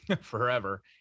forever